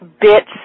bits